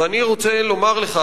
ואני רוצה לומר לך,